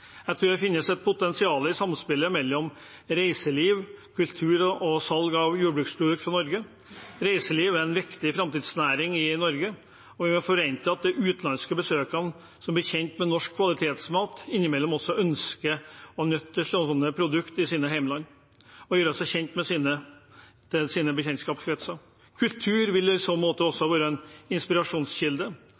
Jeg tror det finnes et potensial i samspillet mellom reiseliv, kultur og salg av jordbruksprodukter fra Norge. Reiseliv er en viktig framtidsnæring i Norge. Vi må forvente at utenlandske besøkende som blir kjent med norsk kvalitetsmat, innimellom også ønsker å nyte slike produkter i sine hjemland og å gjøre sine bekjentskapskretser kjent med dem. Kultur vil i så måte være en inspirasjonskilde